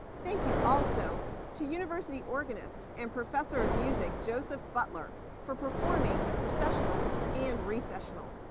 thank you also to university organist and professor of music joseph butler for performing the processional and recessional.